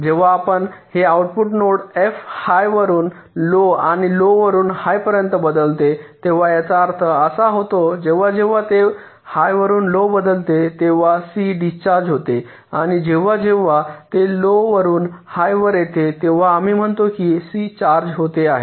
जेव्हा जेव्हा हे आउटपुट नोड f हाय वरुन लो आणि लो वरून हाय पर्यंत बदलते तेव्हा याचा अर्थ असा होतो जेव्हा जेव्हा ते हाय वरून लो बदलतेतेव्हा C डिस्चार्ज होते आणि जेव्हा जेव्हा ते लो वरून हाय वर येते तेव्हा आम्ही म्हणतो की C चार्ज होते आहे